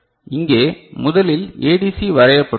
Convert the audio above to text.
இங்கே முதலில் ஏடிசி வரையப்பட்டுள்ளது